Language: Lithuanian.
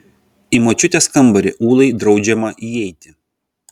į močiutės kambarį ūlai draudžiama įeiti